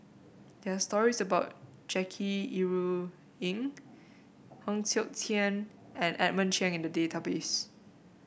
there are stories about Jackie Yi Ru Ying Heng Siok Tian and Edmund Cheng in the database